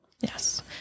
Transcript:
Yes